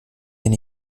den